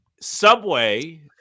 Subway